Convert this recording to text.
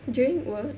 during work